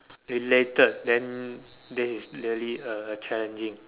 related then there is really a challenging